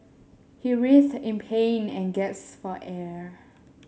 he writhed in pain and gasped for air